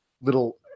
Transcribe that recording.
little